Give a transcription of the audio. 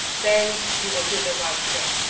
then you will do the right thing.